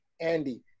Andy